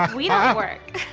we don't work